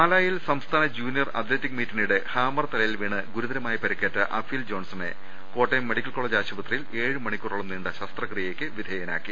പാലായിൽ സംസ്ഥാന junior athletic മീറ്റിനിടെ ഹാമർ തലയിൽ വീണ് ഗുരുതരമായി പരിക്കേറ്റ അഫീൽ ജോൺസണെ കോട്ടയം മെഡിക്കൽ കോളജ് ആശുപത്രിയിൽ ഏഴു മണിക്കൂറോളം നീണ്ട ശസ്ത്രക്രിയക്ക് വിധേയനാക്കി